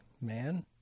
man